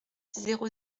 zéro